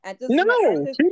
No